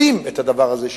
רוצים את הדבר הזה,